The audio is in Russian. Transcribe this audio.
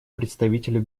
представителю